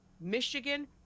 Michigan